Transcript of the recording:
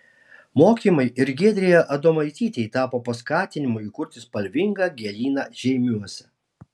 mokymai ir giedrei adomaitytei tapo paskatinimu įkurti spalvingą gėlyną žeimiuose